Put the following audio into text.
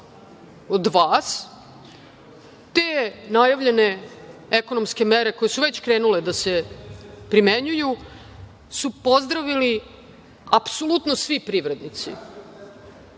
od vas, te najavljene ekonomske mere, koje su već krenule da se primenjuju, su pozdravili apsolutno svi privrednici